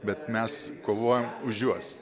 bet mes kovojam už juos